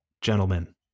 gentlemen